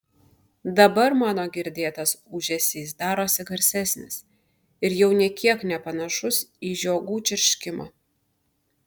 dabar mano girdėtas ūžesys darosi garsesnis ir jau nė kiek nepanašus į žiogų čirškimą